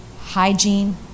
hygiene